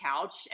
couch